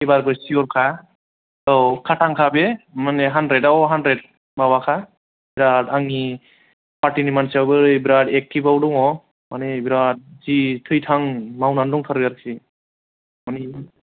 एबारबो सिउर खा औ खाथां खा बे हान्द्रेदयाव हानद्रेद माबाखा आंनि फार्थिनि मानसियाबो बिराद एकथिभाव दङ मानि बिराद जि थै थां मावनानै दंथारो आरोखि मानि